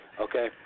okay